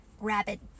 Rabbit